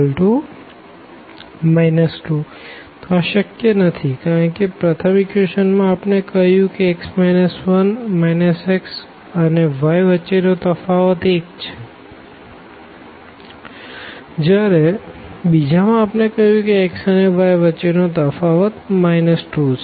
તો આ શક્ય નથી કારણ કે પ્રથમ ઇક્વેશન માં આપણે કહ્યું કે x 1 x અને y વચ્ચે નો તફાવત 1 છે જયારે બીજા માં આપણે કહ્યું કે x અને y વચ્ચે નો તફાવત 2 છે